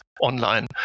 online